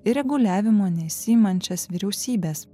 ir reguliavimo nesiimančias vyriausybes